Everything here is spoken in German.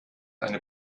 eine